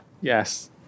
Yes